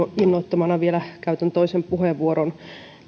innoittamana vielä käytän toisen puheenvuoron